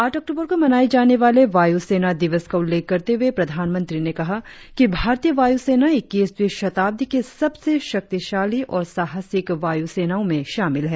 आठ अक्टूबर को मनाए जाने वाले वायु सेना दिवस का उल्लेख करते हुए प्रधानमंत्री ने कहा कि भारतीय वायु सेना इक्कीसवी शताब्दी की सबसे शक्तिशाली और साहसिक वायु सेनाओं में शामिल है